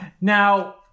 now